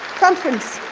conference,